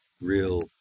Real